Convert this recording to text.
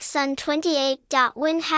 Sun28.Win